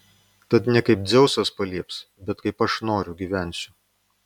tad ne kaip dzeusas palieps bet kaip aš noriu gyvensiu